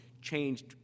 changed